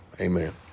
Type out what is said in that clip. amen